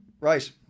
Right